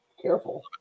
Careful